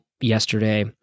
yesterday